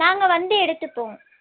நாங்கள் வந்து எடுத்துப்போம்